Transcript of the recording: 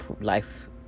life